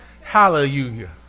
Hallelujah